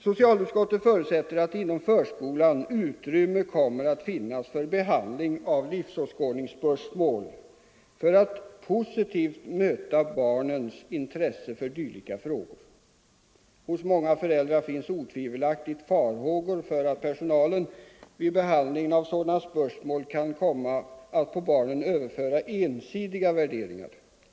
”Socialutskottet förutsätter att inom förskolan utrymme kommer att finnas för behandling av livsåskådningsspörsmål för att positivt möta barnens intresse för dylika frågor. Hos många föräldrar finns otvivelaktigt farhågor för att personalen vid behandlingen av sådana spörsmål kan komma att på barnen överföra ensidiga värderingar.